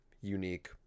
unique